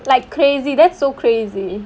like crazy that's so crazy